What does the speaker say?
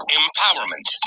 empowerment